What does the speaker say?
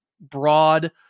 broad